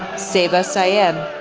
seba saeb,